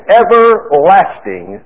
everlasting